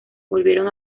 volvieron